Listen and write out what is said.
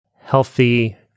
healthy